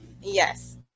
Yes